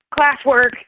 classwork